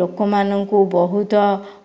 ଲୋକମାନଙ୍କୁ ବହୁତ